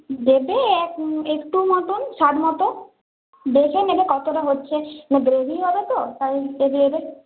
দেবে এক একটু মতন স্বাদ মতো দেখে নেবে কতটা হচ্ছে গ্রেভি হবে তো তাই দেখে নেবে